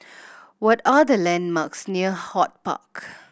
what are the landmarks near HortPark